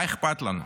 מה אכפת לנו?